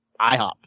IHOP